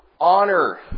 honor